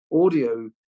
audio